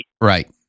Right